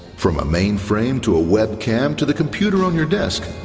from a mainframe to a webcam to the computer on your desk.